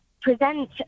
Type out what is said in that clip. present